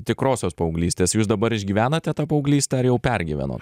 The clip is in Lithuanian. tikrosios paauglystės jūs dabar išgyvenate tą paauglystę ar jau pergyveno